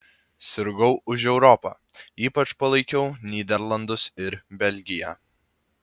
sirgau už europą ypač palaikiau nyderlandus ir belgiją